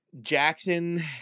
Jackson